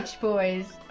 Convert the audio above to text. boys